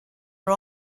are